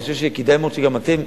אני חושב שכדאי מאוד שגם אתם,